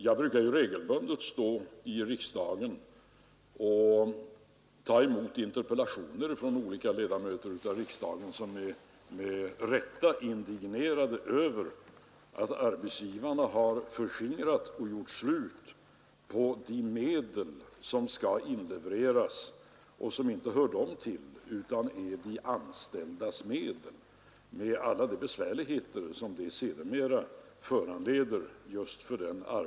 Jag står ju regelbundet i riksdagen och tar emot interpellationer från olika ledamöter, som med rätta är indignerade över att arbetsgivarna har förskingrat och gjort slut på de medel som skall inlevereras och som inte hör dem till Nr 129 utan är de anställdas pengar — med alla de besvärligheter som det Fredagen den NR een i - a rs som 6 det ÖR fått sina skattepenga rsk ade.